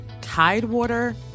Tidewater